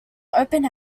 open